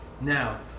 Now